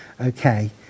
Okay